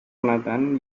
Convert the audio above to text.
nathan